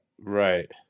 Right